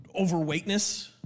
overweightness